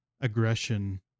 aggression